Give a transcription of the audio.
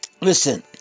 Listen